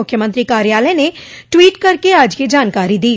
मुख्यमंत्री कार्यालय ने ट्वोट करके आज यह जानकारी दी